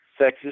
sexist